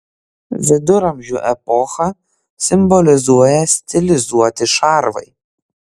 viduramžių epochą simbolizuoja stilizuoti šarvai